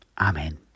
Amen